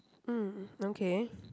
mm okay